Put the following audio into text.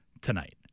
tonight